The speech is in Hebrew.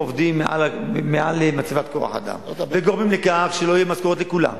עובדים מעל מצבת כוח-האדם וגורמים לכך שלא יהיו משכורות לכולם.